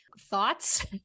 Thoughts